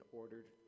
ordered